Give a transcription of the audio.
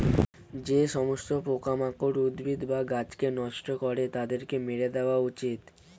যে সমস্ত পোকামাকড় উদ্ভিদ বা গাছকে নষ্ট করে তাদেরকে মেরে দেওয়া উচিত